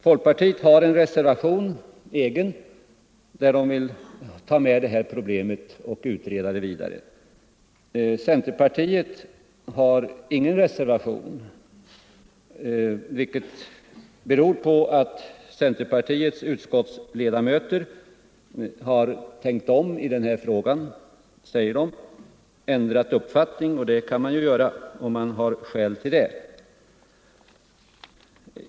Folkpartiets representant har en egen reservation, av vilken det framgår att man vill utreda det här problemet vidare. Centerpartiet har ingen reservation, vilket beror på att centerpartiets utskottsledamöter har tänkt om i den här frågan. De säger att de har ändrat uppfattning, och det kan man göra om man har skäl till det.